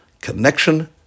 Connection